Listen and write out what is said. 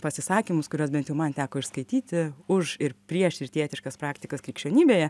pasisakymus kuriuos bent jau man teko išskaityti už ir prieš rytietiškas praktikas krikščionybėje